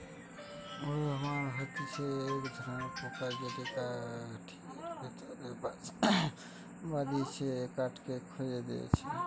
would worm হতিছে এক ধরণের পোকা যেটি কাঠের ভেতরে বাসা বাঁধটিছে কাঠকে খইয়ে দিয়া